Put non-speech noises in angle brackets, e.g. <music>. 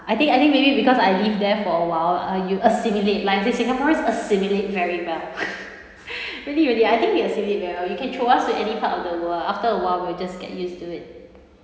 I think I think maybe because I live there for awhile ah you assimilate life singaporeans assimilate very well <laughs> really really I think we assimilate well you can throw us to any part of the world after a while we'll just get used to it